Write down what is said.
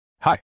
Hi